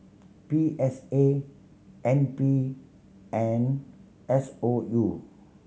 P S A N P and S O U